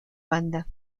banda